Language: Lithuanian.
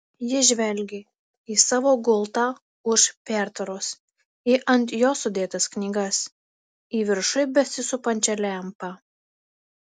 jis žvelgė į savo gultą už pertvaros į ant jo sudėtas knygas į viršuj besisupančią lempą